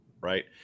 right